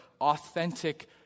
authentic